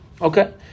Okay